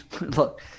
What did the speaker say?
look